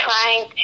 trying